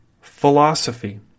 philosophy